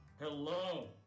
Hello